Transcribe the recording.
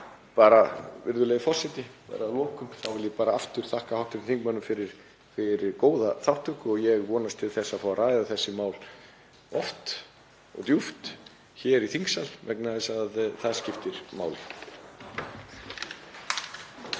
meira. Virðulegur forseti. Að lokum vil ég bara aftur þakka hv. þingmönnum fyrir góða þátttöku og ég vonast til að fá að ræða þessi mál oft og djúpt hér í þingsal vegna þess að það skiptir máli.